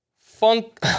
Funk